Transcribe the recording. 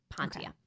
Pontia